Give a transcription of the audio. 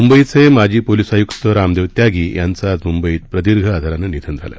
मुंबईचे माजी पोलिस आयुक्त रामदेव त्यागी यांचं आज मुंबईत प्रदिर्घ आजारानं निधन झालं